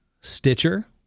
Stitcher